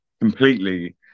completely